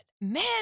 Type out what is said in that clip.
man